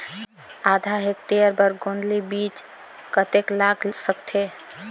आधा हेक्टेयर बर गोंदली बीच कतेक लाग सकथे?